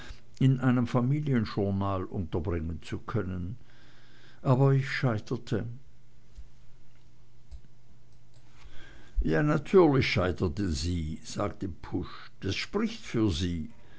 in einem familienjournal unterbringen zu können aber ich scheiterte ja natürlich scheiterten sie sagte pusch das spricht für sie